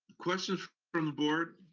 questions from the board?